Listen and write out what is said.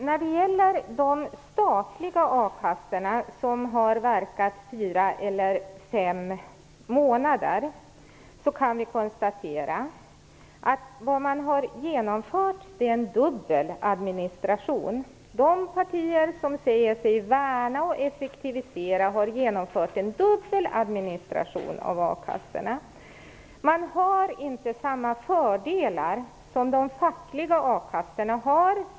När det gäller de statliga a-kassorna, som har verkat fyra eller fem månader, kan vi konstatera att man har genomfört en dubbel administration. De partier som säger sig värna och effektivisera har genomfört en dubbel administration av a-kassorna. Man har inte samma fördelar som de fackliga a-kassorna har.